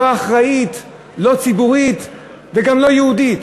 לא אחראית, לא ציבורית וגם לא יהודית.